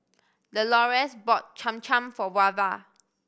Delores bought Cham Cham for Wava